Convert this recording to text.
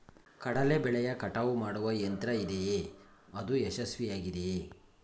ಕಡಲೆ ಬೆಳೆಯ ಕಟಾವು ಮಾಡುವ ಯಂತ್ರ ಇದೆಯೇ? ಅದು ಯಶಸ್ವಿಯಾಗಿದೆಯೇ?